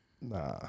Nah